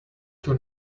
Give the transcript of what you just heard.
too